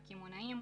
מהקמעונאים,